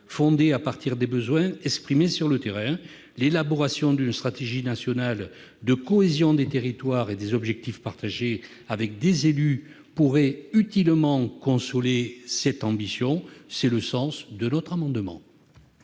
fondée sur les besoins exprimés sur le terrain. L'élaboration d'une stratégie nationale de cohésion des territoires et d'objectifs partagés avec des élus pourrait utilement consolider cette ambition. Quel est l'avis de la commission